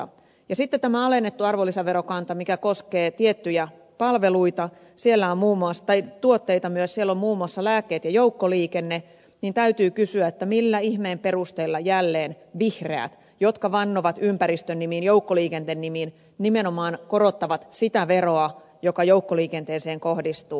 kun on sitten tämä alennettu arvonlisäverokanta mikä koskee tiettyjä palveluita ja myös tuotteita kun siellä ovat muun muassa lääkkeet ja joukkoliikenne niin täytyy kysyä millä ihmeen perusteella jälleen vihreät jotka vannovat ympäristön nimeen joukkoliikenteen nimeen nimenomaan korottavat sitä veroa joka joukkoliikenteeseen kohdistuu